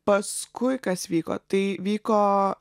paskui kas vyko tai vyko